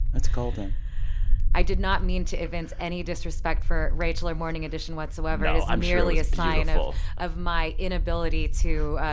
that's golden i did not mean to evince any disrespect for rachel or morning edition whatsoever. no. i'm merely a sign of my inability to.